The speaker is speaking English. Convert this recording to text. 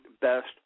best